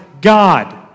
God